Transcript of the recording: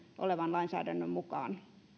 olevan lainsäädännön mukaan